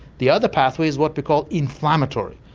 the other pathway is what we call inflammatory,